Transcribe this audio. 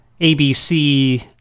ABC